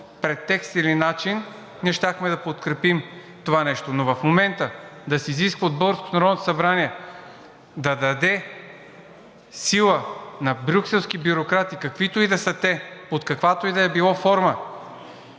претекст или начин, ние щяхме да подкрепим това нещо. Но в момента да се изисква от българското Народно събрание да даде сила на брюкселски бюрократи, каквито и да са те, под каквато и да е било форма,